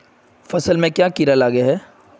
फसल में क्याँ कीड़ा लागे है?